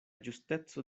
ĝusteco